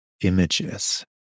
images